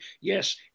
yes